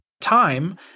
time